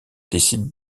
décide